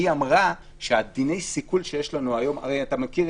אמרה שדיני הסיכול שיש לנו היום הרי אתה מכיר,